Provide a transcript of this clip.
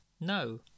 No